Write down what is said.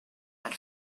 but